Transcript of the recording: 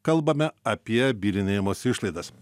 kalbame apie bylinėjimosi išlaidas